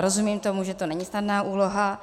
Rozumím tomu, že to není snadná úloha.